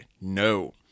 No